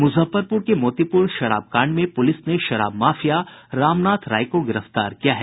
मुजफ्फरपुर के मोतीपुर शराब कांड में पुलिस ने शराब माफिया रामनाथ राय को गिरफ्तार किया है